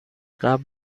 قبل